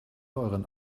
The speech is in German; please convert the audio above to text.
euren